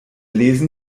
lesen